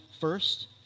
first